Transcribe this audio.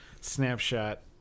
snapshot